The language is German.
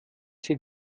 sie